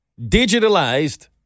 digitalized